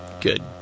Good